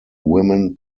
women